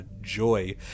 joy